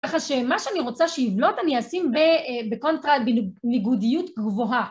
ככה שמה שאני רוצה שיבלוט אני אשים בניגודיות גבוהה